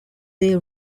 they